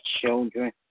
children